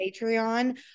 Patreon